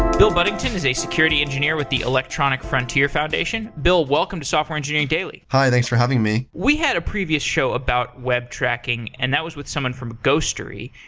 bill budington is a security engineer with the electronic frontier foundation. bill, welcome to software engineering daily hi. thanks for having me. we had a pervious show about web tracking, and that was with someone from ghostery.